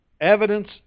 Evidence